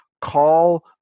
call